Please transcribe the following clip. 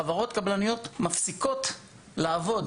חברות קבלניות מפסיקות לעבוד.